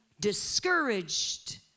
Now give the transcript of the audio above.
discouraged